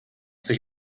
sich